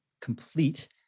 complete